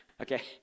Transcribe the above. Okay